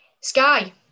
Sky